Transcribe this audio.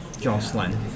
Jocelyn